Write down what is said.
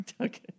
Okay